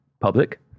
public